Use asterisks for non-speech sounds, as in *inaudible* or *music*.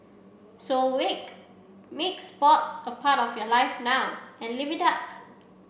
so *unintelligible* make sports a part of your life now and live it up